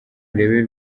urebe